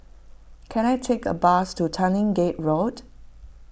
can I take a bus to Tanglin Gate Road